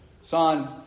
son